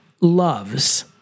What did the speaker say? loves